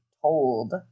told